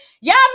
Y'all